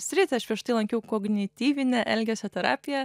sritį aš prieš tai lankiau kognityvinę elgesio terapiją